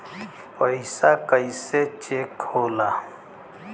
पैसा कइसे चेक होला?